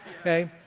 Okay